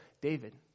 David